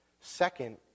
Second